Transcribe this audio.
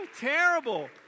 Terrible